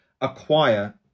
acquire